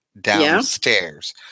downstairs